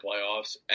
playoffs